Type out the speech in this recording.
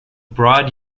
broad